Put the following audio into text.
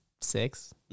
six